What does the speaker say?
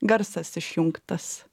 garsas išjungtas